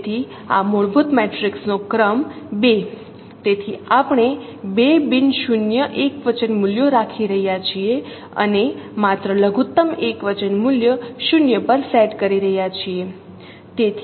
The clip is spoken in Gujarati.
તેથી આ મૂળભૂત મેટ્રિક્સનો ક્રમ 2 તેથી આપણે બે બિન શૂન્ય એકવચન મૂલ્યો રાખી રહ્યા છીએ અને માત્ર લઘુત્તમ એકવચન મૂલ્ય 0 પર સેટ કરી રહ્યા છીએ